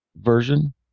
version